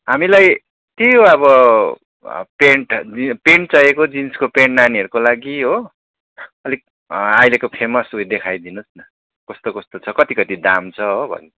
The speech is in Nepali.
हामीलाई त्यही हो अब प्यान्ट प्यान्ट चाहिएको जिन्सको प्यान्ट नानीहरूको लागि हो अलिक अहिलेको फेमस उयो देखाइदिनु होस् न कस्तो कस्तो छ कति कति दाम छ हो भन्